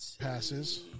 Passes